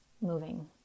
moving